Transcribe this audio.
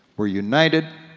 we're united,